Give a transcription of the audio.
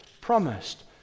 promised